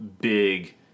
big